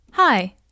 Hi